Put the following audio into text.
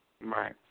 Right